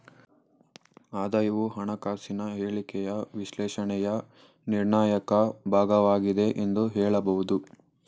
ಆದಾಯವು ಹಣಕಾಸಿನ ಹೇಳಿಕೆಯ ವಿಶ್ಲೇಷಣೆಯ ನಿರ್ಣಾಯಕ ಭಾಗವಾಗಿದೆ ಎಂದು ಹೇಳಬಹುದು